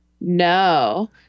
No